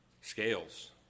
Scales